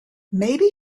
maybe